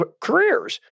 careers